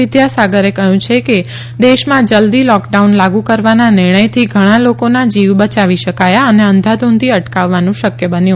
વિદ્યાસાગરે કહ્યું છે કે દેશમાં જલ્દી લોકડાઉન લાગુ કરવાના નિર્ણયથી ઘણાં લોકોના જીવ બચાવી શકાયા અને અંધાધૂંધી અટકાવવાનું શક્ય બન્યું